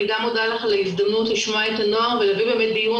אני גם מודה לך על ההזדמנות לשמוע את הנוער ולהביא באמת דיון